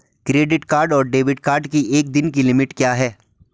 Credit card और debit card की एक दिन की लिमिट क्या है?